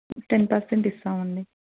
ten percent ఇస్తామండి